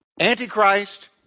Antichrist